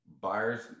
Buyers